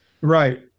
Right